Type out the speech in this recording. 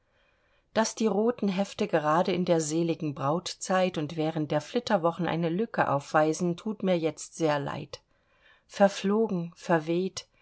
daß die roten hefte gerade in der seligen brautzeit und während der flitterwochen eine lücke aufweisen thut mir jetzt sehr leid verflogen verweht